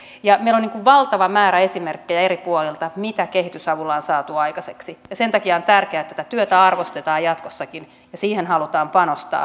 meillä on eri puolilta valtava määrä esimerkkejä mitä kehitysavulla on saatu aikaiseksi ja sen takia on tärkeää että tätä työtä arvostetaan jatkossakin ja siihen halutaan panostaa